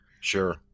sure